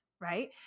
Right